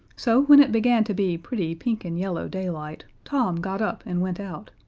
so when it began to be pretty pink-and-yellow daylight, tom got up and went out.